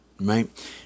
right